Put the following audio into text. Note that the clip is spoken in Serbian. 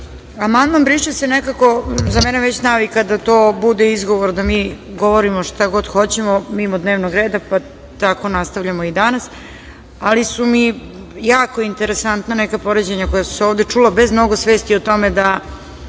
„briše se“ nekako za mene je već navika da to bude izgovor da mi govorimo šta god hoćemo mimo dnevnog reda, pa tako nastavljamo i danas, ali su mi jako interesantna neka poređenja koja su se ovde čula, bez mnogo svesti o tome da